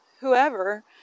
whoever